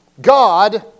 God